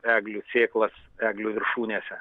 eglių sėklas eglių viršūnėse